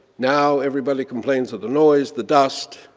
now everybody complains of the noise, the dust,